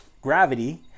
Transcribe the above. gravity